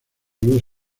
luz